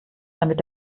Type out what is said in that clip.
damit